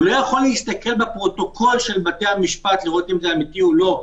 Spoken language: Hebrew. הוא לא יכול להסתכל בפרוטוקול של בית המשפט לראות אם זה אמיתי או לא,